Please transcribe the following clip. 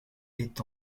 est